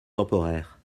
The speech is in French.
temporaires